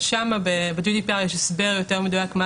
אבל שם ב-GDPR יש הסבר יותר מדויק מה